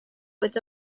with